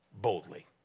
Boldly